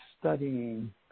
studying